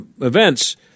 events